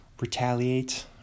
retaliate